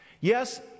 Yes